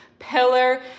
pillar